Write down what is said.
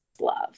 love